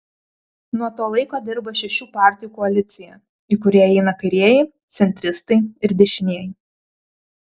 nuo to laiko dirba šešių partijų koalicija į kurią įeina kairieji centristai ir dešinieji